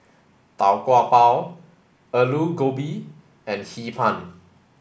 Tau Kwa Pau Aloo Gobi and Hee Pan